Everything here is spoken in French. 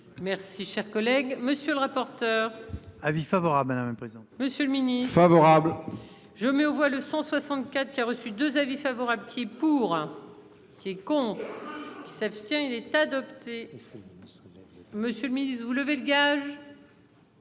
Merci, chers collègues, monsieur le rapporteur. Avis favorable à un président. Monsieur le Ministre favorable je mets aux voix le 164 qui a reçu 2 avis favorable. Et pour. Qui compte. S'abstient il est adopté. Monsieur le Ministre, vous levez le gage.